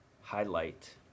highlight